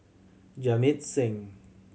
Jamit Singh